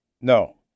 No